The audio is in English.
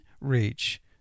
reach